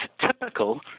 typical